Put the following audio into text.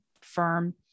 firm